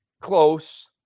close